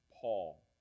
Paul